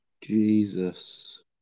Jesus